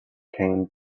came